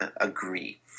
agree